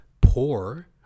poor